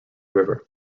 river